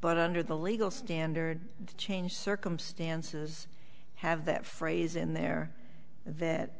but under the legal standard change circumstances have that phrase in there that